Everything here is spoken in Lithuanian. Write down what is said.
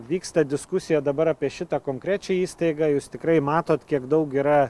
vyksta diskusija dabar apie šitą konkrečią įstaigą jūs tikrai matot kiek daug yra